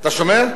אתה שומע?